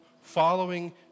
Following